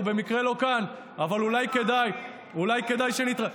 הוא במקרה לא כאן, אבל אולי כדאי, ומה